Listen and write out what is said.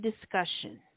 discussion